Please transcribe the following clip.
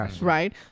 right